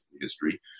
history